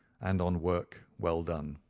and on work well done.